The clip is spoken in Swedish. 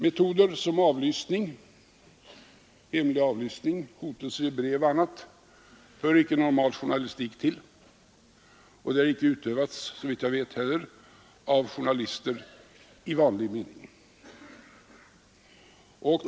Metoder såsom avlyssning, hotelser i brev och annat hör inte till normal journalistik. De har, såvitt jag vet, inte heller utövats av journalister i vanlig mening.